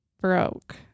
broke